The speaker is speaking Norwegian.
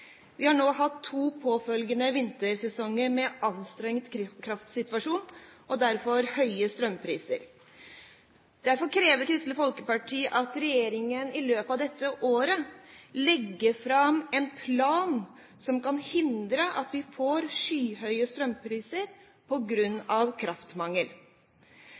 Vi har nå hatt to påfølgende vintersesonger med anstrengt kraftsituasjon, og derfor høye strømpriser. Derfor krever Kristelig Folkeparti at regjeringen i løpet av dette året legger fram en plan som kan hindre at vi får skyhøye strømpriser på grunn av kraftmangel.